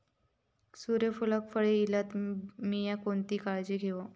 सूर्यफूलाक कळे इल्यार मीया कोणती काळजी घेव?